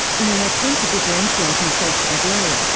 in an attempt to differentiate himself from blair,